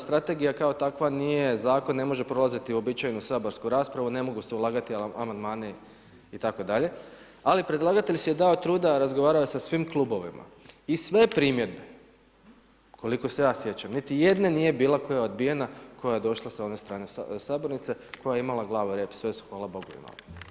Strategija kao takva nije zakon i ne može prolaziti uobičajenu saborsku raspravu, ne mogu se ulagati amandmani itd., ali predlagatelj si je dao truda, razgovarao je sa svim klubovima i sve primjedbe koliko se ja sjećam niti jedna nije bila koja je odbijena koja je došla sa one strane sabornice koja je imala glavu i rep, sve su hvala Bogu imale.